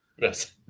Yes